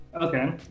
okay